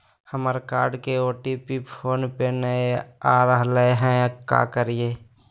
हमर कार्ड के OTP phone पे नई आ रहलई हई, का करयई?